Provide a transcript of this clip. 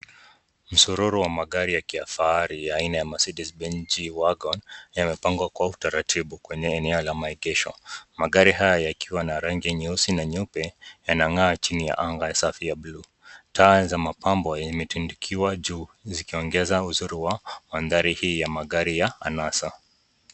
Msururu wa magari ya kifahari ya aina ya 'Mercedes Benz, G-Wagon'.Yamepangwa kwa utaratibu kwenye eneo ya maegesho. Magari haya yakiwa na rangi nyeusi na rangi nyeupe yanang'aa chini ya anga safi ya buluu taa za mapambo yametundukiwa juu zikiongeza uzuri wa mandhari hii ya magari ya anasa.